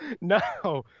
No